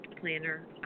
planner